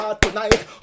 tonight